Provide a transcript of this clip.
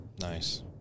nice